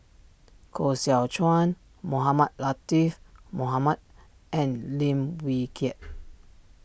Koh Seow Chuan Mohamed Latiff Mohamed and Lim Wee Kiak